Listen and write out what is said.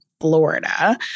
Florida